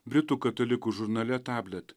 britų katalikų žurnale tablet